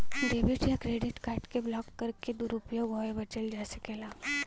debit या credit card के block करके दुरूपयोग होये बचल जा सकला